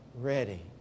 ready